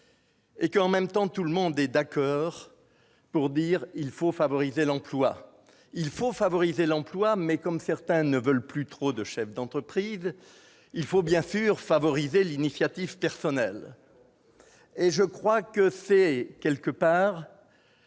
En même temps, tout le monde est d'accord pour dire qu'il faut favoriser l'emploi. Il faut favoriser l'emploi, mais, comme certains ne veulent plus trop de chefs d'entreprise, il faut bien sûr favoriser l'initiative personnelle. Très bien ! C'est d'une certaine